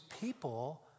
people